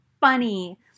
funny